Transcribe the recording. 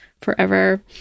forever